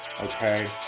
okay